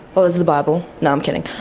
well there's the bible, no, i'm kidding.